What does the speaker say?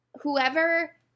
whoever